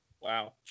Wow